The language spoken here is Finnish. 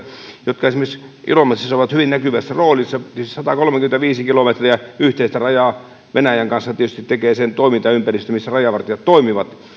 jotka esimerkiksi ilomantsissa ovat hyvin näkyvässä roolissa satakolmekymmentäviisi kilometriä yhteistä rajaa venäjän kanssa tietysti tekee sen toimintaympäristön missä rajavartijat toimivat